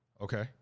Okay